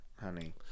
honey